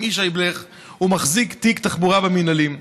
הוא מחזיק תיק התחבורה במינהלים,